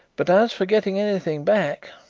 but as for getting anything back